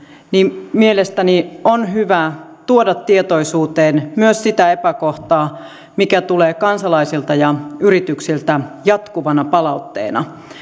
niin mielestäni on hyvä tuoda tietoisuuteen myös sitä epäkohtaa mikä tulee kansalaisilta ja yrityksiltä jatkuvana palautteena